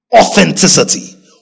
Authenticity